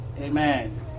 Amen